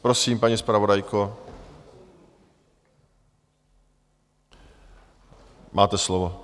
Prosím, paní zpravodajko, máte slovo.